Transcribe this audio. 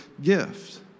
gift